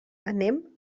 anem